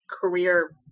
career